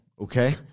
okay